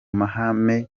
mahame